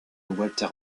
walter